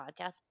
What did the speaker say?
podcast